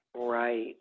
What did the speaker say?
Right